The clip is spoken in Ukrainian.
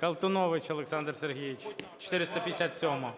Колтунович Олександр Сергійович, 457-а.